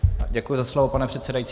Děkuji za slovo, pane předsedající.